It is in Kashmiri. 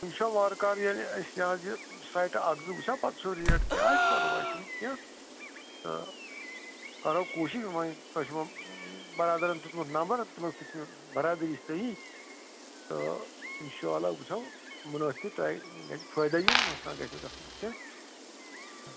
یہِ چھےٚ وارٕ کارٕ ییٚلہِ أسۍ یہِ حظ یہِ سایٹ اَکھ زٕ وٕچھو پَتہٕ سُہ ریٹ کیٛاہ آسہِ پرواے چھُنہٕ کیٚنٛہہ تہٕ کرو کوٗشِش وۄنۍ تۄہہِ چھُ وۄنۍ بَرادَرَن دیُتمُت نمبَر تِمَن سۭتۍ چھِ مےٚ برادٔری صحیح تہٕ اِنشاء اللہ وٕچھو مُنٲسِب تۄہہِ گژھِ فٲیدَے یُن نۄقصان گژھِ نہٕ گژھُن کیٚنٛہہ